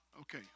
Okay